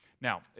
Now